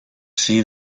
see